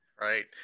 Right